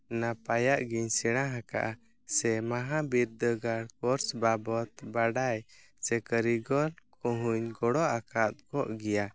ᱱᱟᱯᱟᱭᱟᱜ ᱜᱮᱧ ᱥᱮᱬᱟ ᱟᱠᱟᱫᱼᱟ ᱥᱮ ᱢᱟᱦᱟ ᱵᱤᱨᱫᱟᱹᱜᱟᱲ ᱠᱳᱨᱥ ᱵᱟᱵᱚᱫ ᱵᱟᱰᱟᱭ ᱥᱮ ᱠᱟᱹᱨᱤ ᱜᱚᱞ ᱠᱚᱦᱚᱧ ᱜᱚᱲᱚ ᱟᱠᱟᱫ ᱠᱚᱜᱮᱭᱟ